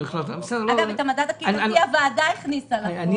אגב, את המדד החברתי הוועדה הכניסה לחוק, נכון?